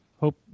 hope